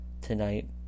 tonight